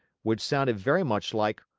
which sounded very much like,